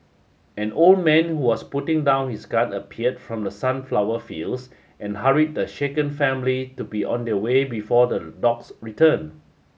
an old man was putting down his gun appeared from the sunflower fields and hurried the shaken family to be on their way before the dogs return